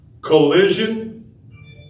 collision